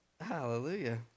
Hallelujah